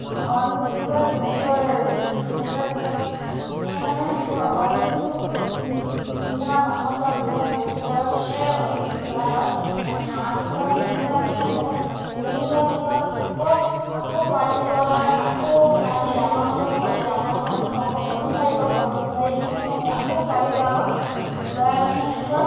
অইন খেতিৰপৰা কেনেকৈ কেনেদৰে পৃথক পৃথক মানে ইহঁতক অইন খেতি কোন কোনো এটা মাহত বা কোনো এটা বছৰতহে অইন খেতি কৰা হয় আৰু হাঁহ কুকুৰা পুহিলে মানে ইহঁতক উমনি দিয়াৰ পাছত আকৌ আকৌ পোৱালি ওলোৱা হয় আকৌ পোৱালি ডাঙৰ হ'ব পোৱালি ডাঙৰ হোৱাৰ পাছত আকৌ কণী পাৰিব কণী পাৰি মানে আকৌ পোৱালি ওলাব ওলাই মানে সিহঁতক